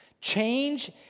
Change